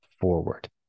forward